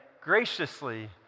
graciously